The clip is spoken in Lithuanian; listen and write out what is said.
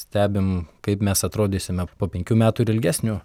stebim kaip mes atrodysime po penkių metų ir ilgesnio